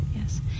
yes